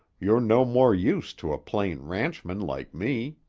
you're no more use to a plain ranchman like me.